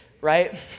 right